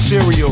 Cereal